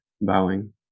bowing